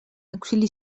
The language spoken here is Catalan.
auxili